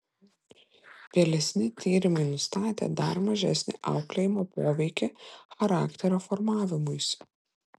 vėlesni tyrimai nustatė dar mažesnį auklėjimo poveikį charakterio formavimuisi